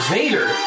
Vader